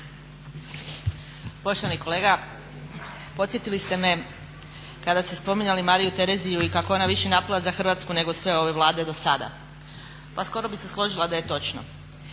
Poštovani kolega podsjetili ste me kada ste spominjali Mariju Tereziju i kako je ona više napravila za Hrvatsku nego sve ove Vlade dosada. Pa skoro bih se složila da je točno.